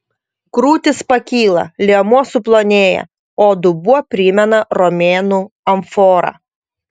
krūtys pakyla liemuo suplonėja o dubuo primena romėnų amforą